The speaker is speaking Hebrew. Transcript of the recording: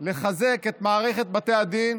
לחזק את מערכת בתי הדין.